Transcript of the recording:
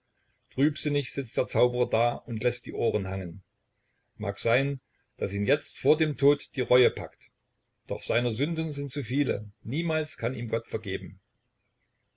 trübsinnig sitzt der zauberer da und läßt die ohren hangen mag sein daß ihn jetzt vor dem tod die reue packt doch seiner sünden sind zu viele niemals kann ihm gott vergeben